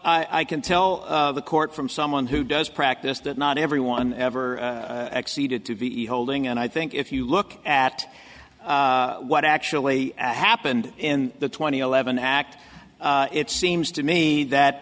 i can tell the court from someone who does practice that not everyone ever acceded to be e holding and i think if you look at what actually happened in the twenty eleven act it seems to me that